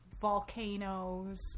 Volcanoes